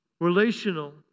relational